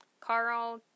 Carl